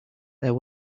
there